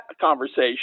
conversation